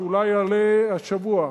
שאולי יעלה השבוע,